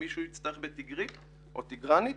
אם מישהו יצטרך בטיגרית או בטיגרנית,